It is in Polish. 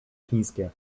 chińskie